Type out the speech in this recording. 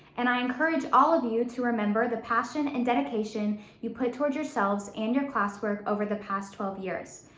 and i encourage all of you to remember the passion and dedication you put toward yourselves and your classwork over the past twelve years.